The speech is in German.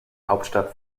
hauptstadt